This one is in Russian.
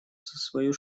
свою